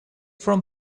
from